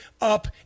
up